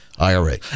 IRA